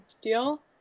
deal